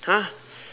!huh!